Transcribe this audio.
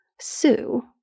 Sue